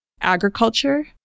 agriculture